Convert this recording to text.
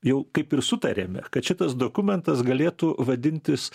jau kaip ir sutarėme kad šitas dokumentas galėtų vadintis